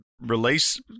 release